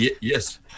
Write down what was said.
Yes